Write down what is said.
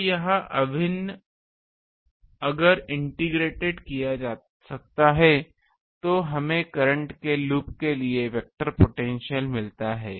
तो यह अभिन्न अगर इंटीग्रेटेड किया जा सकता है तो हमें करंट के लूप के लिए वेक्टर पोटेंशियल मिलता है